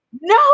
no